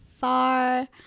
far